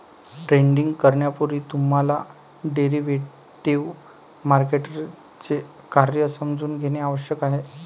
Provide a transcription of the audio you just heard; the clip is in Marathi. ट्रेडिंग करण्यापूर्वी तुम्हाला डेरिव्हेटिव्ह मार्केटचे कार्य समजून घेणे आवश्यक आहे